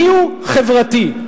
מיהו חברתי.